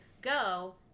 go